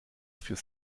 fürs